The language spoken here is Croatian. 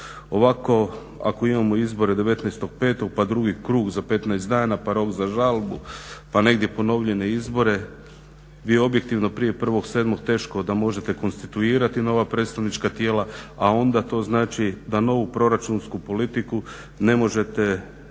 Ovako, ako imamo izbore 19.5. pa drugi krug za 15 dana, pa rok za žalbu, pa negdje ponovljene izbore vi objektivno prije 1.7. teško da možete konstituirati nova predstavnička tijela, a onda to znači da novu proračunsku politiku ne možete